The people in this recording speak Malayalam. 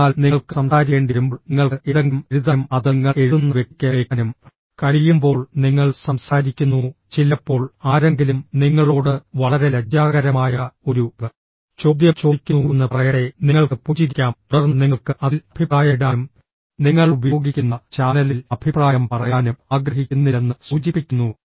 അതിനാൽ നിങ്ങൾക്ക് സംസാരിക്കേണ്ടിവരുമ്പോൾ നിങ്ങൾക്ക് എന്തെങ്കിലും എഴുതാനും അത് നിങ്ങൾ എഴുതുന്ന വ്യക്തിക്ക് അയയ്ക്കാനും കഴിയുമ്പോൾ നിങ്ങൾ സംസാരിക്കുന്നു ചിലപ്പോൾ ആരെങ്കിലും നിങ്ങളോട് വളരെ ലജ്ജാകരമായ ഒരു ചോദ്യം ചോദിക്കുന്നുവെന്ന് പറയട്ടെ നിങ്ങൾക്ക് പുഞ്ചിരിക്കാം തുടർന്ന് നിങ്ങൾക്ക് അതിൽ അഭിപ്രായമിടാനും നിങ്ങൾ ഉപയോഗിക്കുന്ന ചാനലിൽ അഭിപ്രായം പറയാനും ആഗ്രഹിക്കുന്നില്ലെന്ന് സൂചിപ്പിക്കുന്നു